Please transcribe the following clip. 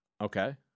Okay